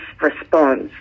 response